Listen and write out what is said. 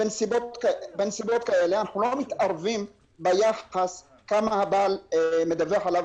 לא מתקיימים לגביו בשנת המס הנבחנת